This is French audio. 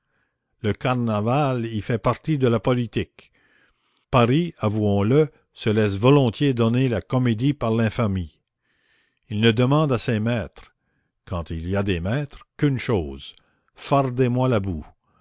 le carnaval y fait partie de la politique paris avouons-le se laisse volontiers donner la comédie par l'infamie il ne demande à ses maîtres quand il a des maîtres qu'une chose fardez moi la boue